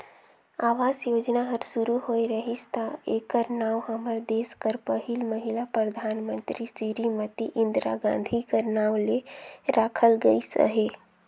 आवास योजना हर सुरू होए रहिस ता एकर नांव हमर देस कर पहिल महिला परधानमंतरी सिरीमती इंदिरा गांधी कर नांव ले राखल गइस अहे